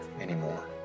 anymore